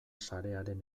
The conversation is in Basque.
sarearen